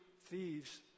thieves